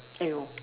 !aiyo!